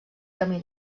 camí